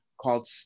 called